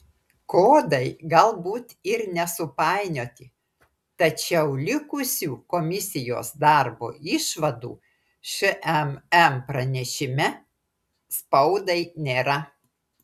kodai galbūt ir nesupainioti tačiau likusių komisijos darbo išvadų šmm pranešime spaudai nėra